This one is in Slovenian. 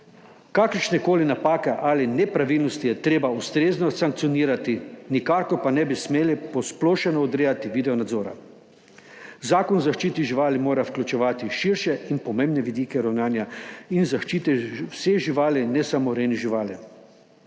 Kakršnekoli napake ali nepravilnosti je treba ustrezno sankcionirati, nikakor pa ne bi smeli posplošeno odrejati videonadzora. Zakon o zaščiti živali mora vključevati širše in pomembne vidike ravnanja in zaščite vseh živali, ne samo rejnih živali.